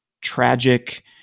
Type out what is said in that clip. tragic